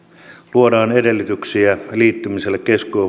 luodaan edellytyksiä liittymiselle